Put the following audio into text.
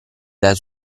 dai